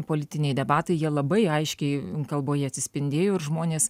politiniai debatai jie labai aiškiai kalboje atsispindėjo ir žmonės